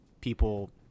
people